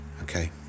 Okay